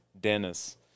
Dennis